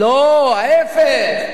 לא, ההיפך.